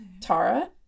Tara